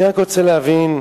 אני רק רוצה להבין,